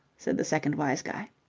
said the second wise guy.